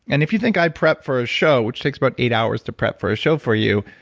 and if you think i prep for a show which takes about eight hours to prep for a show for you,